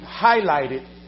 highlighted